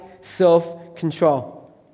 self-control